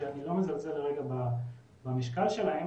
ואני לא מזלזל לרגע במשקל שלהם